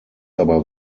aber